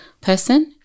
person